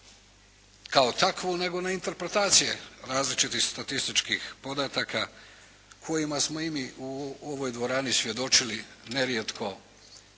kao takvu, nego na interpretacije različitih statističkih podataka kojima smo i mi u ovoj dvorani svjedočili nerijetko